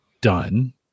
done